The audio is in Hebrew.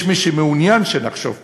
יש מי שמעוניין שנחשוב כך,